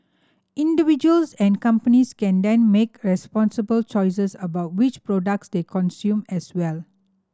individuals and companies can then make responsible choices about which products they consume as well